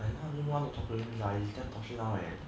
and now everyone don't talk to him sia he damn toxic now leh